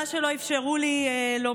מה שלא אפשרו לי לומר,